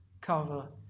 cover